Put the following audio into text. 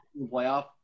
Playoff